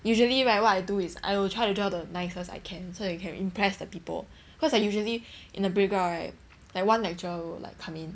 usually write what I do is I will try to draw the nicest I can so that I can impress that people cause like usually in the break out right like one lecturer would like come in